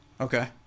Okay